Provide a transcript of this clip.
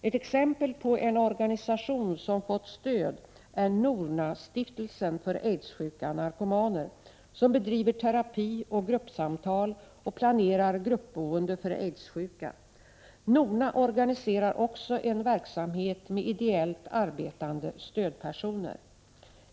Ett exempel på en organisation som fått stöd är Nornastiftelsen för aidssjuka narkomaner, som bedriver terapi och gruppsamtal och planerar gruppboende för aidssjuka. Norna organiserar också en verksamhet med ideellt arbetande stödpersoner.